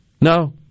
No